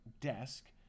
desk